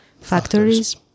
factories